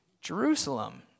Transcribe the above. Jerusalem